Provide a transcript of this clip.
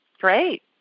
Great